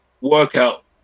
workout